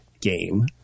game